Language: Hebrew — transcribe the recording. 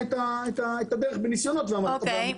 אוקי.